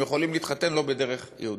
הם יכולים להתחתן לא בדרך יהודית.